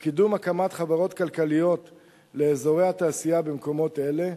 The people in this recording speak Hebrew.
קידום הקמת חברות כלכליות לאזורי התעשייה במקומות אלה,